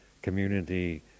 community